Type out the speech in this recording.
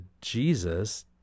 Jesus